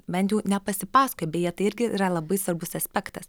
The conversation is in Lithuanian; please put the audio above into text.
bent jau nepasipasakoja beje tai irgi yra labai svarbus aspektas